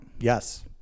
yes